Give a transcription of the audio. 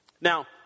Now